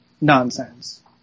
nonsense